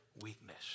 weakness